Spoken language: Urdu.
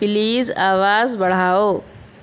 پلیز آواز بڑھاؤ